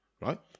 right